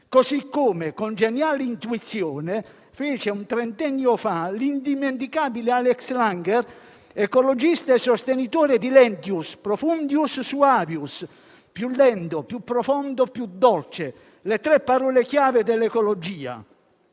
così come, con geniale intuizione, fece un trentennio fa l'indimenticabile Alex Langer, ecologista e sostenitore del *lentius, profundius, suavius*, più lento, più profondo e più dolce, le tre parole chiave dell'ecologia.